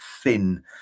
thin